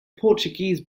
portuguese